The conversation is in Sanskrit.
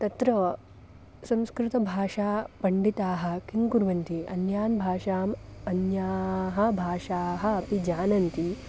तत्र संस्कृतभाषापण्डिताः किं कुर्वन्ति अन्याः भाषाः अन्याः भाषाः अपि जानन्ति